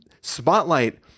Spotlight